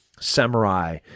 samurai